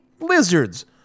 lizards